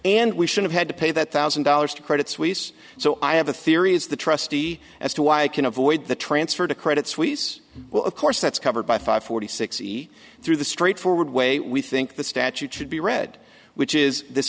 and we should have had to pay that thousand dollars to credit suisse so i have a theory is the trustee as to why i can avoid the transfer to credit suisse well of course that's covered by five hundred sixty through the straightforward way we think the statute should be read which is